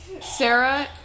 Sarah